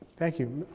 thank you.